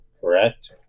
correct